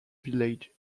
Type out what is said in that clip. village